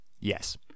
Yes